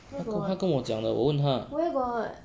她跟她跟我讲的我问她